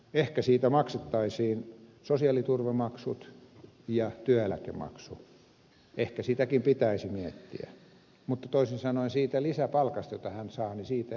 ehkä siitä maksettaisiin sosiaaliturvamaksut ja työeläkemaksu ehkä sitäkin pitäisi miettiä mutta toisin sanoen siitä lisäpalkasta jota hän saa siitä ei ainakaan veroa menisi